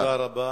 תודה רבה.